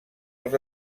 els